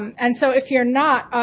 um and so if you're not,